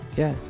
yeah.